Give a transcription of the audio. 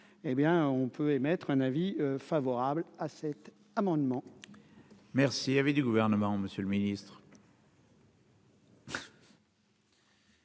on peut émettre un avis favorable à cet amendement. Merci avait. Le gouvernement, Monsieur le Ministre.